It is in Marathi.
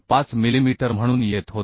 5 मिलिमीटर म्हणून येत होते